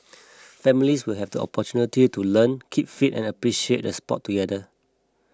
families will have the opportunity to learn keep fit and appreciate the sport together